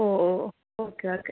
oh oh okay okay